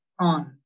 on